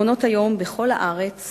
מעונות-היום בכל הארץ